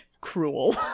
cruel